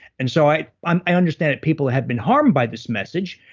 and so i um i understand that people had been harmed by this message,